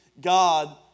god